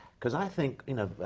because i think you know